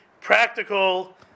practical